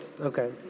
okay